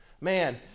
Man